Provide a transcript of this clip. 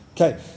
Okay